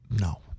No